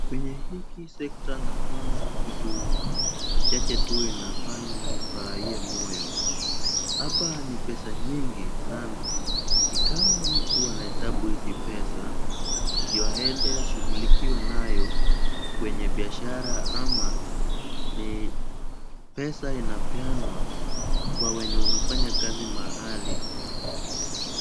Kwenye hiki sekta naona vitu chache tu inafanya nifurahie moyo. Hapa ni pesa nyingi sana, ni kama mtu anahesabu hizi pesa ndio aende ashughulikiwe nayo kwenye biashara ama ni pesa inapeanwa kwa wenye wamefanya kazi mahali.